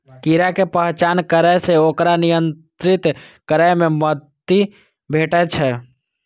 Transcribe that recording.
कीड़ा के पहचान करै सं ओकरा नियंत्रित करै मे मदति भेटै छै